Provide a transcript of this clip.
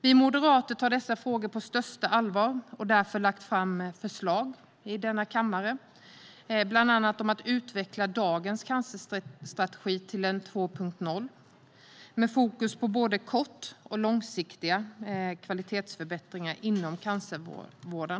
Vi moderater tar dessa frågor på största allvar och har därför lagt fram förslag i denna kammare bland annat om att utveckla dagens cancerstrategi till en 2.0-strategi med fokus på både kort och långsiktiga kvalitetsförbättringar inom cancervården.